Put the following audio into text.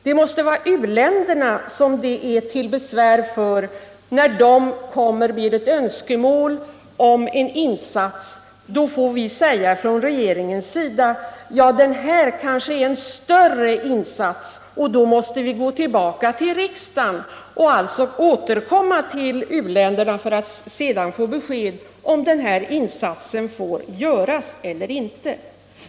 Och när man i u-länderna framför önskemål om en insats, så måste väl besväret bli deras, när vi från regeringen måste säga: Detta är kanske en större insats, och då måste vi gå tillbaka till riksdagen. Vi måste då återkomma till u-länderna med besked om huruvida insatsen får göras eller inte.